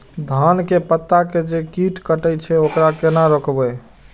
धान के पत्ता के जे कीट कटे छे वकरा केना रोकबे?